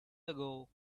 ago